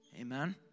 Amen